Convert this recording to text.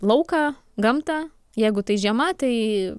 lauką gamtą jeigu tai žiema tai